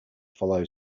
follow